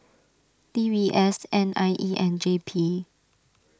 D B S N I E and J P